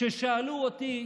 כששאלו אותי